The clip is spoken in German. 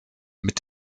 mit